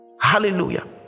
Hallelujah